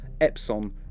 Epson